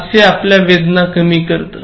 हास्य आपल्या वेदना कमी करत